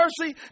mercy